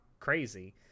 crazy